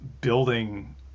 building